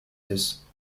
his